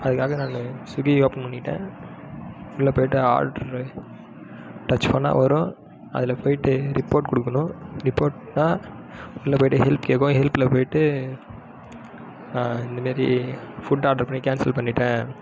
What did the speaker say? அதுக்காக நான் சுகி ஓபன் பண்ணிவிட்டேன் உள்ள போயிட்டு ஆர்ட்ரு டச் பண்ணால் வரும் அதில் போயிட்டு ரிப்போர்ட் கொடுக்கணும் ரிப்போர்ட்னால் உள்ள போயிட்டு ஹெல்ப் கேட்கும் ஹெல்பில் போயிட்டு இந்த மாரி ஃபுட்டு ஆர்ட்ரு பண்ணி கேன்சல் பண்ணிவிட்டேன்